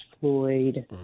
Floyd